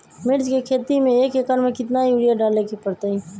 मिर्च के खेती में एक एकर में कितना यूरिया डाले के परतई?